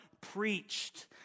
preached